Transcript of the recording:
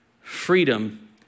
freedom